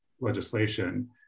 legislation